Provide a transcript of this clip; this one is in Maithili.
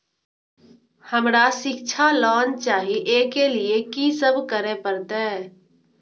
हमरा शिक्षा लोन चाही ऐ के लिए की सब करे परतै?